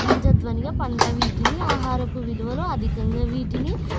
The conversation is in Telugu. గింజ ధ్వనిగా పంట వీటినిఆహారపు విలువలు అధికంగా వీటిని